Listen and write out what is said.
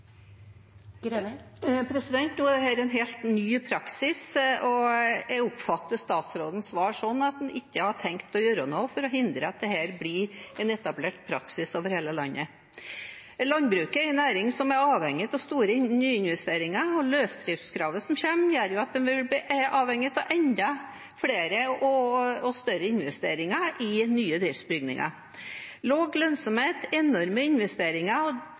Nå er dette en helt ny praksis, og jeg oppfatter statsrådens svar slik at man ikke har tenkt å gjøre noe for å hindre at dette blir en etablert praksis over hele landet. Landbruket er en næring som er avhengig av store nyinvesteringer, og løsdriftskravet som kommer, gjør at det vil bli avhengig av enda flere og større investeringer i nye driftsbygninger. Lav lønnsomhet og enorme investeringer